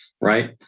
right